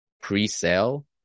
pre-sale